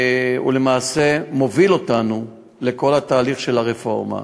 ולמעשה הוא מוביל אותנו לכל התהליך של הרפורמה.